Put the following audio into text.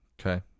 Okay